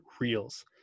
reels